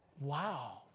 Wow